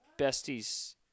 besties